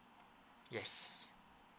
yes